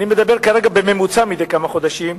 אני מדבר כרגע בממוצע מדי כמה חודשים,